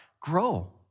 Grow